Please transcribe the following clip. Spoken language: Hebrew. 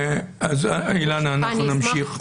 אילנה, אנחנו נמשיך.